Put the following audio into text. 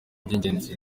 by’ingenzi